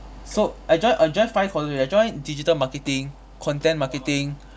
so I join I join five courses already I join digital marketing content marketing